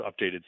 updated